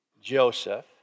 Joseph